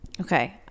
Okay